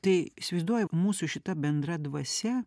tai įsivaizduoju mūsų šita bendra dvasia